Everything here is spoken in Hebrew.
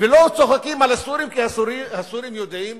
ולא צוחקים על הסורים, כי הסורים יודעים